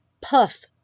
puff